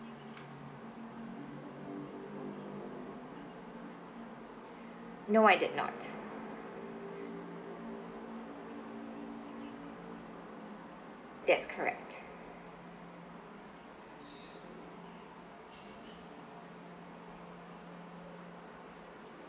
no I did not yes correct